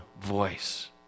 voice